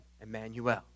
Emmanuel